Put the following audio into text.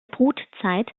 brutzeit